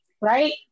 right